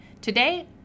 Today